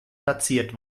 platziert